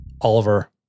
Oliver